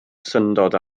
syndod